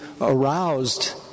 aroused